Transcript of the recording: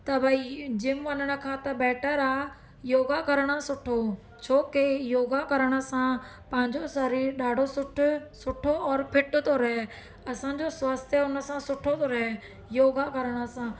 त भई जिम वञण खां त बैटर आहे योगा करणु सुठो छोकी योगा करण सां पंहिंजो शरीरु ॾाढो सुठो सुठो और फिट थो रहे असांजो स्वास्थय उन सां सुठो थो रहे योगा करण सां